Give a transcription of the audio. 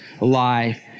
life